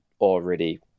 already